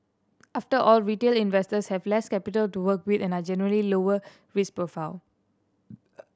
after all retail investors have less capital to work with and a generally lower risk profile